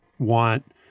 Want